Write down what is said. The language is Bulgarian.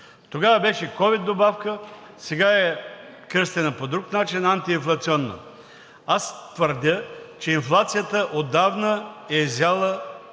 Тогава беше ковид добавка, а сега е кръстена по друг начин – антиинфлационна. Аз твърдя, че инфлацията отдавна е изяла